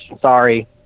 sorry